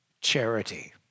charity